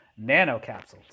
nanocapsules